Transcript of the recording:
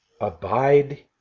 abide